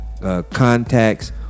contacts